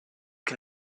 can